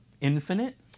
infinite